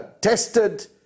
tested